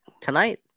tonight